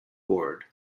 gourd